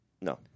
No